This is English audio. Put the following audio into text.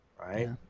Right